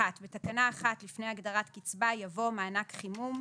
בתקנה 1, לפני הגדרת "קיצבה" יבוא: "מענק חימום"